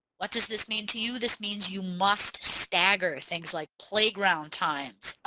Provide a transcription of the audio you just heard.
what does this mean? to you this means you must stagger things like playground times.